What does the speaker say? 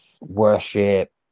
worship